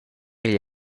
igl